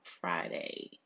Friday